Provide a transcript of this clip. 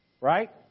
Right